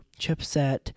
chipset